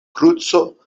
kruco